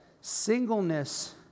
singleness